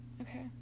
Okay